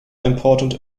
important